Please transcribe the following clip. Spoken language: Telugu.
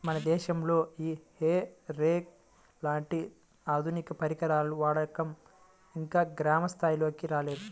మన దేశంలో ఈ హే రేక్ లాంటి ఆధునిక పరికరాల వాడకం ఇంకా గ్రామ స్థాయిల్లోకి రాలేదు